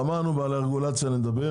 אמרנו שנדבר